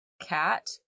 cat